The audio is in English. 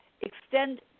extend